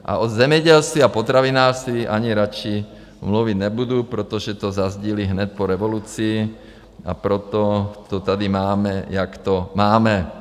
A a o zemědělství a potravinářství ani radši mluvit nebudu, protože to zazdili hned po revoluci, a proto to tady máme, jak to máme.